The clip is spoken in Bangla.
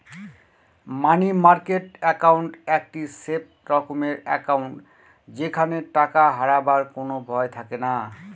মানি মার্কেট একাউন্ট একটি সেফ রকমের একাউন্ট যেখানে টাকা হারাবার কোনো ভয় থাকেনা